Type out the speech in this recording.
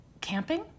camping